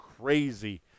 crazy